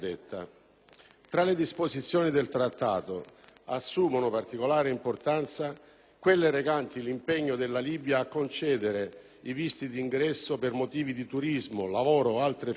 Tra le disposizioni del Trattato assumono particolare importanza quelle recanti l'impegno della Libia a concedere i visti di ingresso per motivi di turismo, lavoro o altre finalità